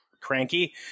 cranky